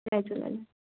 Jay Jhulelal